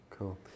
Cool